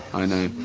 i know,